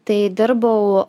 tai dirbau